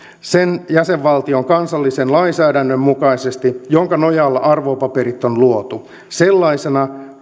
sen jäsenvaltion kansallisen lainsäädännön mukaisesti jonka nojalla arvopaperit on luotu sellaisena